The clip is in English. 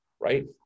right